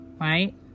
Right